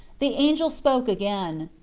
the angel spoke again.